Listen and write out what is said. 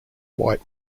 white